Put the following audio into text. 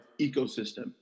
ecosystem